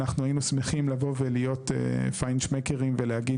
אנחנו היינו שמחים לבוא ולהיות פיין שמקרים ולהגיד